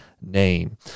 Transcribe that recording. name